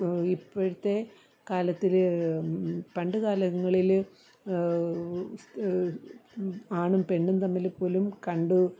ഇപ്പോഴത്തെ കാലത്തിൽ പണ്ടു കാലങ്ങളിൽ സ് ആണും പെണ്ണും തമ്മിൽ പോലും കണ്ടു